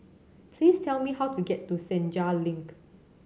please tell me how to get to Senja Link